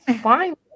fine